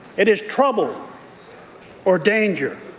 it is trouble or danger.